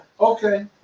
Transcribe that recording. Okay